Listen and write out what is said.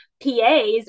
PAs